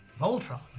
Voltron